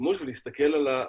שימוש ולהסתכל על היישום.